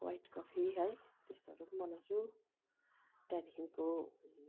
white coffee है त्यस्तोहरू पनि बनाउँछु त्यहाँदेखिको